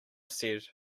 said